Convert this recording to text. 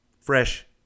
fresh